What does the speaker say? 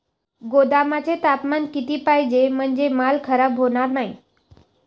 गोदामाचे तापमान किती पाहिजे? म्हणजे माल खराब होणार नाही?